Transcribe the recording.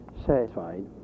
satisfied